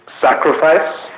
sacrifice